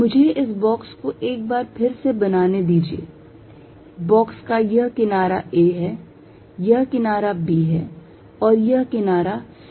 मुझे इस बॉक्स को एक बार फिर से बनाने दीजिए बॉक्स का यह किनारा a है यह किनारा b है और यह किनारा c है